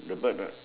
the bird what